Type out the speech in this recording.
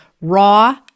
raw